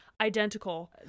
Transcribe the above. identical